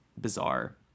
bizarre